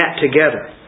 together